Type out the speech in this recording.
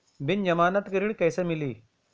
बिना जमानत के ऋण कईसे मिली?